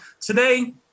today